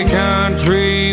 country